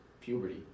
puberty